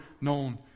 known